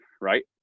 right